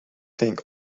think